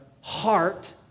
heart